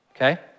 okay